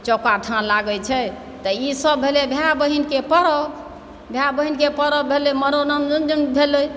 चौपाठाँ लागैत छै तऽ ईसभ भेलै भाय बहीनके पर्व भाय बहीनके पर्व भेलै मनोरञ्जन भेलै